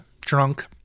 Drunk